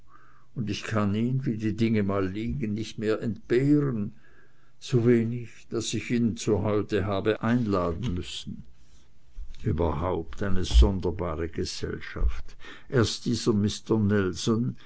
und ich kann ihn wie die dinge mal liegen nicht mehr entbehren so wenig daß ich ihn zu heute habe einladen müssen überhaupt eine sonderbare gesellschaft erst dieser mister